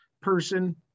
person